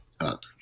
up